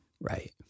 Right